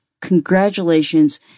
congratulations